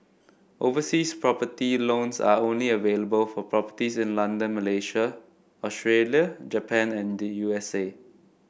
overseas property loans are only available for properties in London Malaysia Australia Japan and the U S A